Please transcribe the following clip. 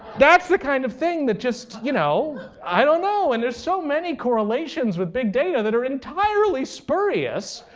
that's the kind of thing that just you know i don't know. and there's so many correlations with big data that are entirely spurious,